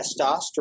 testosterone